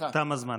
תם הזמן.